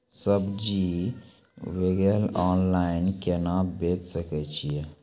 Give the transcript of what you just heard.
सब्जी वगैरह ऑनलाइन केना बेचे सकय छियै?